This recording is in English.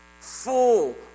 full